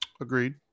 Agreed